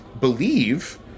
believe